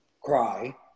cry